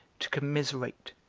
to commiserate,